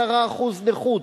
10% נכות.